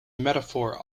metaphor